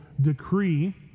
decree